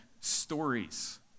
stories